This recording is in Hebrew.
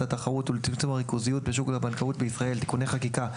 התחרות ולצמצום הריכוזיות בשוק הבנקאות בישראל (תיקוני חקיקה),